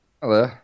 Hello